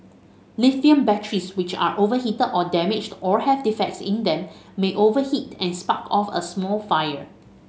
lithium batteries which are overheated or damaged or have defects in them may overheat and spark off a small fire